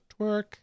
Twerk